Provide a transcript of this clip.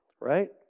right